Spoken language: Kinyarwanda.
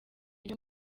ibyo